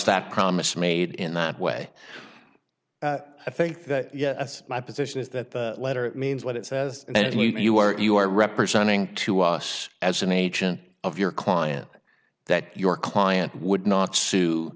that promise made in that way i think that yes my position is that the letter means what it says and if you were you are representing to us as an agent of your client that your client would not sue